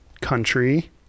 country